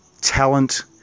talent